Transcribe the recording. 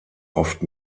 oft